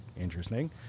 interesting